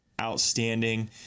outstanding